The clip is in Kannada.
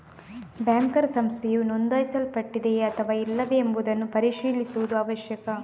ಬ್ಯಾಂಕರ್ ಸಂಸ್ಥೆಯು ನೋಂದಾಯಿಸಲ್ಪಟ್ಟಿದೆಯೇ ಅಥವಾ ಇಲ್ಲವೇ ಎಂಬುದನ್ನು ಪರಿಶೀಲಿಸುವುದು ಅವಶ್ಯಕ